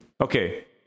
Okay